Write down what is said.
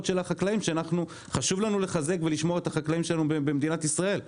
על החקלאים כשחשוב לנו לחזק ולשמור את החקלאים שלנו במדינת ישראל.